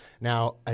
Now